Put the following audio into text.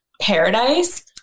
paradise